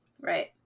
right